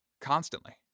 constantly